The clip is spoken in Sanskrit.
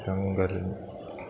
शङ्करः